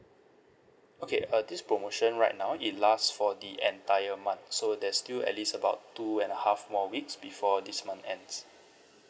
okay uh this promotion right now it last for the entire month so there's still at least about two and a half more weeks before this month ends